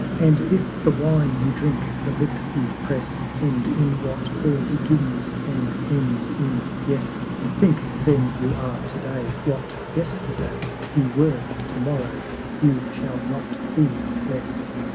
and if the wine you drink, the lip you press, end in what all begins and ends in yes think then you are to-day what yesterday you were to-morrow you shall not be less.